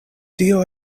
tio